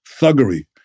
thuggery